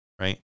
right